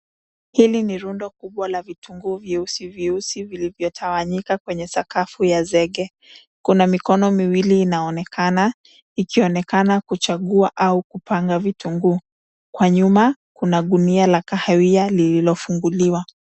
Hili ni rundo kubwa la vitunguu vyeusi vyeusi vilivyotawanyika kwenye sakafu ya zege. Kuna mikono miwili inaonekana. Ikionekana kuchagua au kupanga vitunguu. Kwa nyuma kuna gunia la kahawia lililofunguliwa.